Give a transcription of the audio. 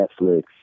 Netflix